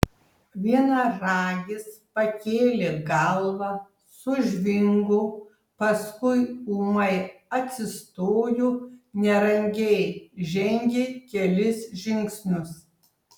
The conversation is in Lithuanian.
vienaragis pakėlė galvą sužvingo paskui ūmai atsistojo nerangiai žengė kelis žingsnius